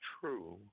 true